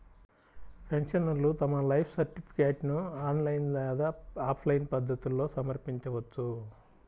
పెన్షనర్లు తమ లైఫ్ సర్టిఫికేట్ను ఆన్లైన్ లేదా ఆఫ్లైన్ పద్ధతుల్లో సమర్పించవచ్చు